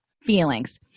feelings